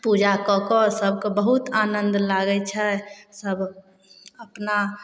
पूजा कऽ कऽ सबके बहुत आनन्द लागय छै सब अपना